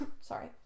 sorry